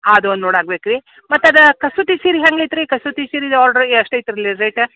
ಅದೊಂದು ನೋಡಾಕ ಬೇಕು ರೀ ಮತ್ತು ಅದು ಕಸೂತಿ ಸೀರೆ ಹೆಂಗೆ ಐತೆ ರೀ ಕಸೂತಿ ಸೀರೆ ಆಡ್ರುಗೆ ಎಷ್ಟು ಐತ್ರಿ ರೇಟ್